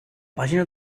pàgina